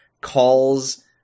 calls